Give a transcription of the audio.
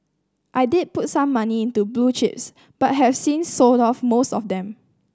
I did put some money into blue chips but have since sold off most of them